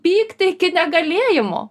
pykti iki negalėjimo